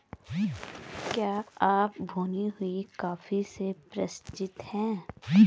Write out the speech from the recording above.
क्या आप भुनी हुई कॉफी से परिचित हैं?